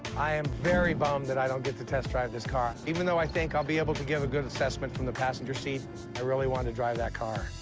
i am very bummed that i don't get to test drive this car. even though i think i'll be able to give a good assessment from the passenger seat, i really want to drive that car.